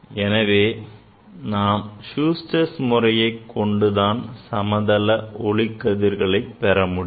எனவே நாம் Schuster's முறையைக் கொண்டுதான் சமதள கதிர்களை பெற முடியும்